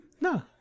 No